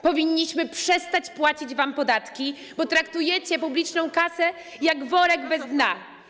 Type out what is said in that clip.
Powinniśmy przestać płacić wam podatki, bo traktujecie publiczną kasę jak worek bez dna.